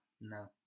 No